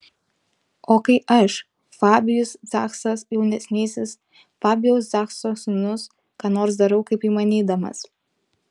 o kai aš fabijus zachsas jaunesnysis fabijaus zachso sūnus ką nors darau kaip įmanydamas